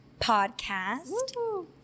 podcast